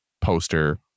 poster